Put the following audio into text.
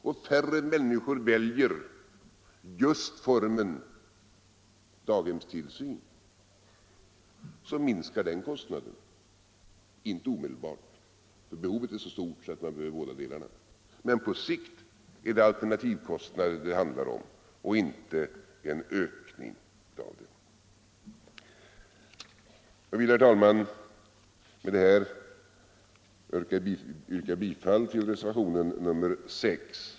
Om färre människor väljer just formen daghemstillsyn minskar den kostnaden - inte omedelbart, för behoven är så stora att man behöver båda delarna, men på sikt är det alternativkostnader det handlar om och inte en ökning av kostnaderna. Jag vill, herr talman, med detta yrka bifall till reservationen 6.